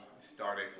started